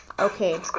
Okay